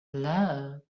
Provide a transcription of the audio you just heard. love